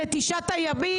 זה תשעת הימים.